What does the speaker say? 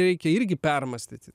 reikia irgi permąstyti